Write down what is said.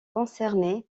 concernées